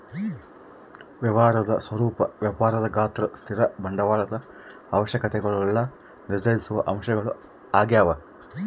ವ್ಯವಹಾರದ ಸ್ವರೂಪ ವ್ಯಾಪಾರದ ಗಾತ್ರ ಸ್ಥಿರ ಬಂಡವಾಳದ ಅವಶ್ಯಕತೆಗುಳ್ನ ನಿರ್ಧರಿಸುವ ಅಂಶಗಳು ಆಗ್ಯವ